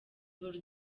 bull